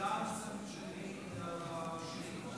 השאלה הנוספת שלי היא לשאילתה של מטי הרכבי.